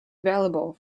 available